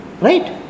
Right